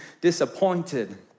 disappointed